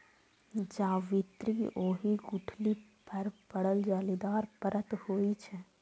जावित्री ओहि गुठली पर पड़ल जालीदार परत होइ छै